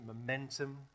momentum